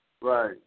Right